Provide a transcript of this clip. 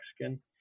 Mexican